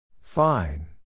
Fine